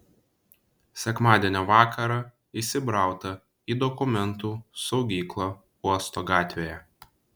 sekmadienio vakarą įsibrauta į dokumentų saugyklą uosto gatvėje